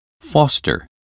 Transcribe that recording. Foster